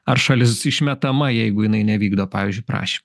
ar šalis išmetama jeigu jinai nevykdo pavyzdžiui prašy